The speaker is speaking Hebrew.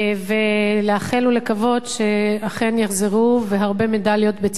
ולאחל ולקוות שאכן יחזרו והרבה מדליות בצדם.